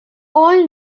all